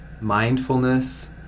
mindfulness